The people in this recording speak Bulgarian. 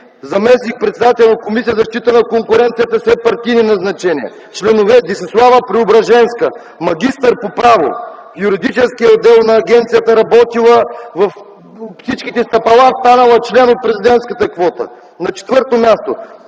заместник-председател на Комисията за защита на конкуренцията – все партийни назначения. Членове: Десислава Преображенска – магистър по право. Работила в юридическия отдел на агенцията на всичките стъпала, станала член на президентската квота. На четвърто място,